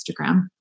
Instagram